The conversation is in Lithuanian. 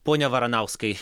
pone varanauskai